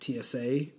TSA